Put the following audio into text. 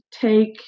take